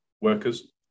workers